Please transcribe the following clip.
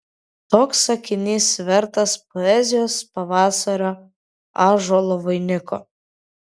toks sakinys vertas poezijos pavasario ąžuolų vainiko